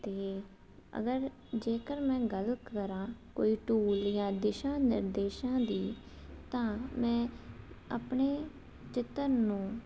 ਤਾਂ ਅਗਰ ਜੇਕਰ ਮੈਂ ਗੱਲ ਕਰਾਂ ਕੋਈ ਟੂਲ ਜਾਂ ਦਿਸ਼ਾ ਨਿਰਦੇਸ਼ਾਂ ਦੀ ਤਾਂ ਮੈਂ ਆਪਣੇ ਚਿੱਤਰ ਨੂੰ